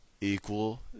equal